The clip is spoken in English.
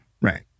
Right